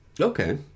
Okay